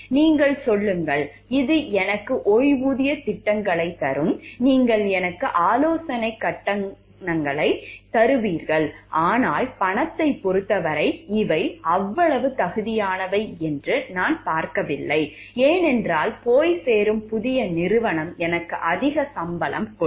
நீங்கள் சொல்லுங்கள் இது எனக்கு ஓய்வூதியத் திட்டங்களைத் தரும் நீங்கள் எனக்கு ஆலோசனைக் கட்டணங்களைத் தருவீர்கள் ஆனால் பணத்தைப் பொறுத்தவரை இவை அவ்வளவு தகுதியானவை என்று நான் பார்க்கவில்லை ஏனென்றால் போய் சேரும் புதிய நிறுவனம் எனக்கு அதிக சம்பளம் கொடுக்கும்